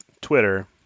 Twitter